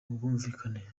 ubwumvikane